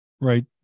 Right